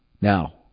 Now